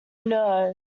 know